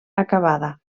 acabada